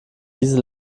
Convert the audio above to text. diese